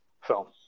film